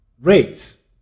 race